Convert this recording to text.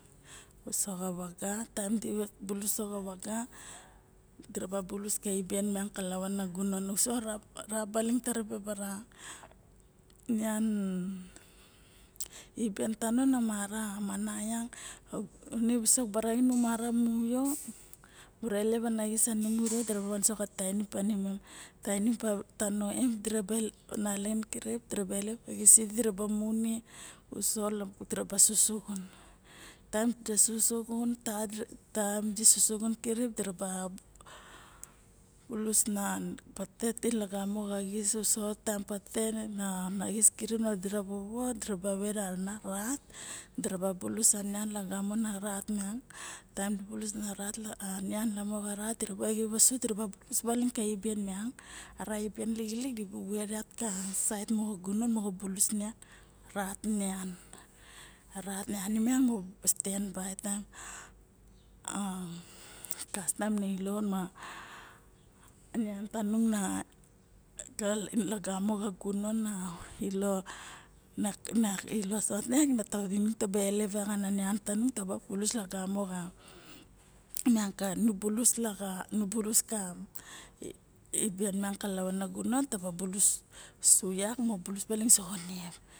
Uso xa vaga taemdi bulus uso xa vaga diaraba bulus ka iben miang ka lavana gunon uso ra baling ta ribe bara nian iben tano na mara mana yak ne visok bara xain di mara mu yo muru elep ana xis sanomu re dira van soxa tainim tano m diaraba nalaxin kirip mura ilep kirip na xisidi dira mu me soxa tainim uso diraba susuxun taem ta, susu xun ta dira bulus na patete te lamo xa xis uso taem patete na xis kirip na vovo dira bulus lagamo xana rat taem di bulus a nian lagamo xana rat miang diraba xip osu dira bulus baling ka iben miang ara ibe lixilik dibu vet yak ka saet mo gunon moxo bulus nian rat nian miang stand by mo a kastam nailo ma nian tanung na mana lagamo xa gunon na ilo vosot ne nung taba ilep nian tang nu bulus miang ka lavang gunon taba bulus su yak moxo visik soxa niep.